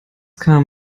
kam